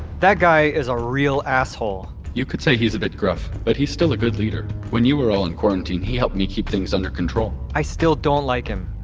that guy is a real asshole you could say he's a bit gruff, but he's still a good leader. when you were all in quarantine, he helped me keep things under control i still don't like him